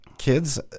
Kids